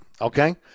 Okay